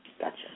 Gotcha